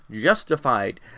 justified